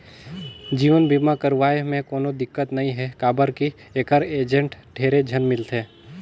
जीवन बीमा करवाये मे कोनो दिक्कत नइ हे काबर की ऐखर एजेंट ढेरे झन मिलथे